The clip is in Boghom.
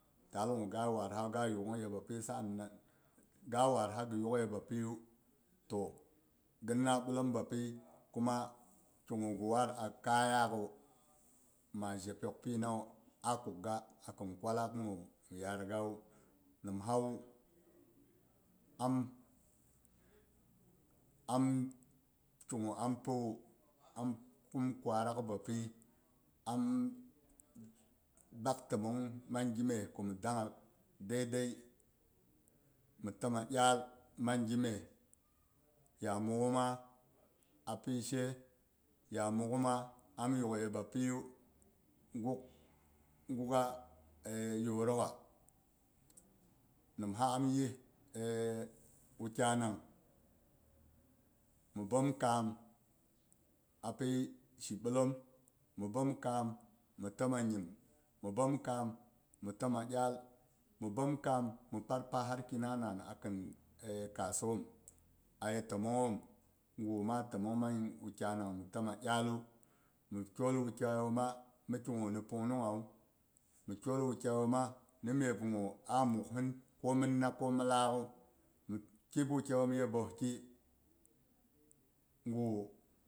Taal gu ga wad ha ghi yughai ye bapi yu to ghin na ɓillem bapi kuma ki gu ghi wad kayakhu ma je pyok pinawu a kuk ga a khin kwallak gu mi yad gawu nim hawu am, am ki gu ampiwu kum kwarak bapi am bak timong amng gi meh ku mhi dangha daidai mhi timma iyal mang gi meeh ya mughuma a pishe ya mughuma am yugh ye bapiyu gukha yorakha, nimsa am yis wukyai nang mhi bomkam a pi shi ɓillem mhi bomkam mi timma nyim, mhi bomkam mi tomma iyal, mhi bomkam mhi pat pahat ki na nana akhin kassom, aye tommonghom gu ma a tommong mana wukyai yomma mhi kigu ni pung nunghawu, mhi kyol wukyai yomma mi myep gu a mugh sin ko mhin na ko mi laakwu mhi kip wukyai yom ye bhoski gu.